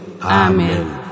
Amen